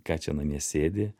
ką čia namie sėdi